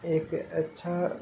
ایک اچھا